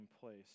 place